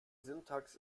syntax